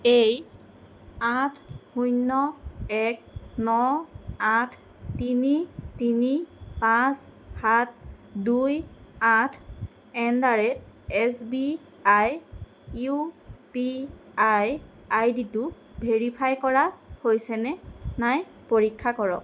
এই আঠ শূন্য এক ন আঠ তিনি তিনি পাঁচ সাত দুই আঠ at the rate S B I U P I আইডিটো ভেৰিফাই কৰা হৈছেনে নাই পৰীক্ষা কৰক